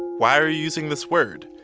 why are you using this word?